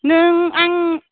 नों आं